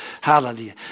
Hallelujah